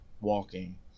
walking